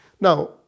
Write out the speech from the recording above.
Now